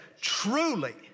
truly